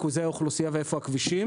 ריכוזי האוכלוסייה ואיפה נמצאים הכבישים